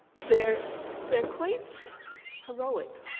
they're they're quite heroic.